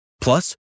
Plus